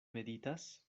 meditas